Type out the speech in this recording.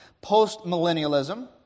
Post-millennialism